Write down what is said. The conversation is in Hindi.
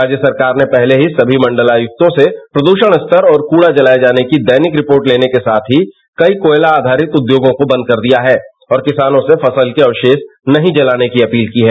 राज्य सरकार ने पहले ही सभी मंडलायक्कों से प्रदृषण स्तर और कूड़ा जलाये जाने की दैनिक रिपोर्ट लेने के साथ ही कई कोयला आधारित उद्यांगों को बंद कर दिया है और किसानों से फसल के अवशेष नहीं जलाने की अपील की है